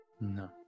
No